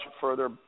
further